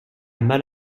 mal